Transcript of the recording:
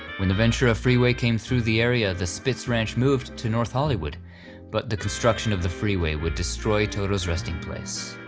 when the ventura freeway came through the area the spitz ranch moved to north hollywood but the construction of the freeway would destroy destroy toto's resting place.